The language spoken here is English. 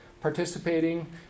participating